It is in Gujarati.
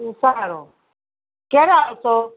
ઊભા રો ક્યારે આવશો